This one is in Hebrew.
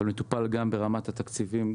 אבל מטופל גם ברמת התקציבים.